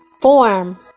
form